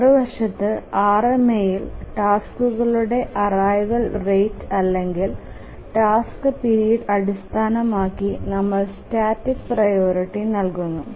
മറുവശത്ത് RMAയിൽ ടാസ്ക്കുകളുടെ അറൈവൽ റേറ്റ് അല്ലെങ്കിൽ ടാസ്ക് പീരിയഡ് അടിസ്ഥാനമാക്കി നമ്മൾ സ്റ്റാറ്റിക് പ്രിയോറിറ്റി നൽകുന്നു